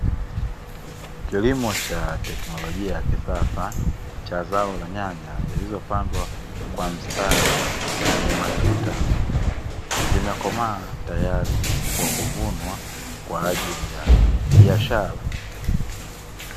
Kilimo cha teknolojia cha kisasa cha zao la nyanya zikiwa zimepandwa katika matuta, zimekomaa tayari kwa kuvunwa tayari kwa biashara.